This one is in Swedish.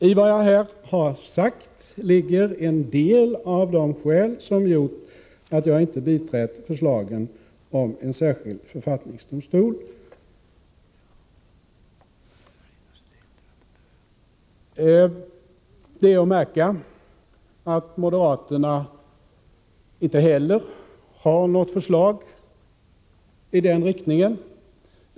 I vad jag här har sagt ligger en del av de skäl som gjort att jag inte biträtt förslagen om en särskild författningsdomstol. Det är att märka att moderaterna inte heller har något förslag i den riktningen.